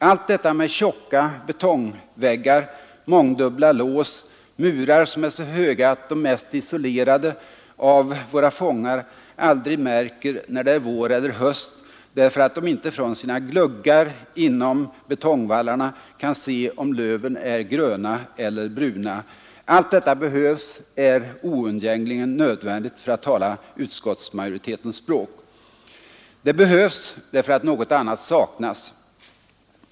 Allt detta med tjocka betongväggar, mångdubbla lås, murar som är så höga att de mest isolerade av våra fångar aldrig märker när det är vår eller höst därför att de inte från sina gluggar inom betongvallarna kan se om löven är gröna eller bruna, allt detta behövs, är ”oundgängligen nödvändigt” för att tala utskottsmajoritetens språk. Det behövs därför att något annat saknas.